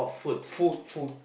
food food